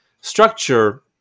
structure